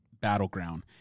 battleground